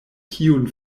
kiun